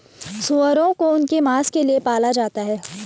सूअरों को उनके मांस के लिए पाला जाता है